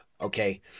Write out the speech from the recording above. Okay